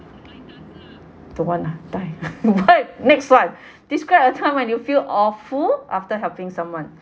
don't want ah die what next one describe a time when you feel awful after helping someone